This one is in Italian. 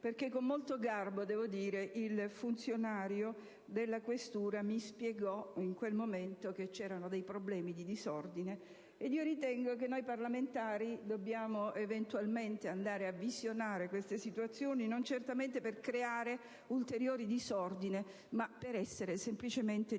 perché, con molto garbo devo dire, il funzionario della Questura mi spiegò in quel momento che c'erano problemi di disordine: ritengo che noi parlamentari dobbiamo eventualmente andare a visionare queste situazioni non certo per creare ulteriore disordine, ma per essere semplicemente di